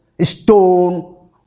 stone